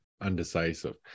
undecisive